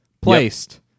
placed